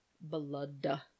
Blood